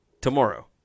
tomorrow